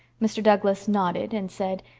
mr. douglas nodded and said,